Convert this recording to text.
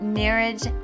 marriage